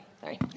sorry